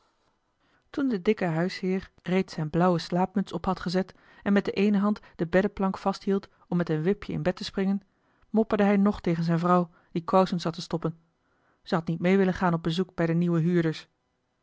toen de dikke huisheer reeds zijne blauwe slaapmuts op had gezet en met de eene hand de beddeplank vasthield om met een wipje in bed te springen mopperde hij nog tegen zijn vrouw die kousen zat te stoppen ze had niet mee willen gaan op bezoek bij de nieuwe huurders